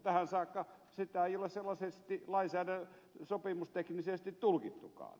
tähän saakka sitä ei ole sellaiseksi sopimusteknisesti tulkittukaan